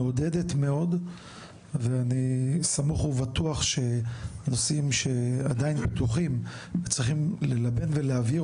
מעודדת מאוד ואני מסוך ובטוח שנושאים שעדיין פתוחים צריכים ללבן ולהבהיר